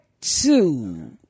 two